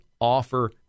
offer